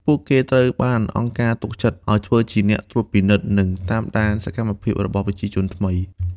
ពួកគេត្រូវបានអង្គការទុកចិត្តឱ្យធ្វើជាអ្នកត្រួតពិនិត្យ និងតាមដានសកម្មភាពរបស់ប្រជាជនថ្មី។